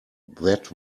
that